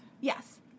Yes